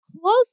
close